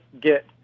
get